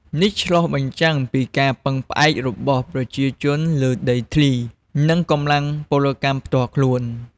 នេះឆ្លុះបញ្ចាំងពីការពឹងផ្អែករបស់ប្រជាជនលើដីធ្លី និងកម្លាំងពលកម្មផ្ទាល់ខ្លួន។